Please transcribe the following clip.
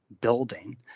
building